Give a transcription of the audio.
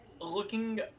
looking